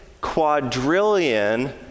quadrillion